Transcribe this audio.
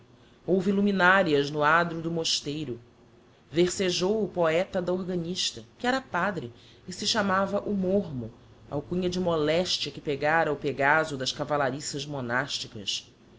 houve luminarias no adro do mosteiro versejou o poeta da organista que era padre e se chamava o mormo alcunha de molestia que lhe pegára o pegazo das cavallariças monasticas